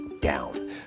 down